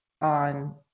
on